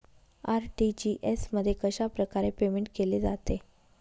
RTGS मध्ये कशाप्रकारे payment केले जाते?